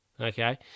okay